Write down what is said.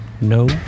No